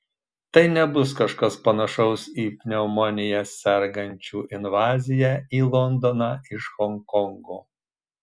tai nebus kažkas panašaus į pneumonija sergančių invaziją į londoną iš honkongo